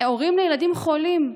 הורים לילדים חולים,